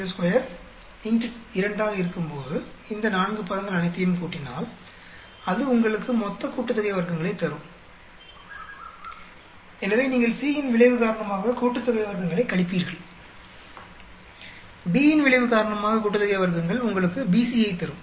452 X 2 ஆக இருக்கும்போது இந்த 4 பதங்கள் அனைத்தையும் கூட்டினால் அது உங்களுக்கு மொத்த கூட்டுத்தொகை வர்க்கங்களைத் தரும் எனவே நீங்கள் C இன் விளைவு காரணமாக கூட்டுத்தொகை வர்க்கங்களை கழிப்பீர்கள் B இன் விளைவு காரணமாக கூட்டுத்தொகை வர்க்கங்கள் உங்களுக்கு BC யைத் தரும்